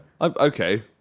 Okay